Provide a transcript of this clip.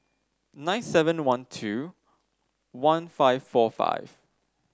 nine seven one two one five four five